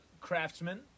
craftsman